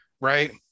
right